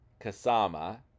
Kasama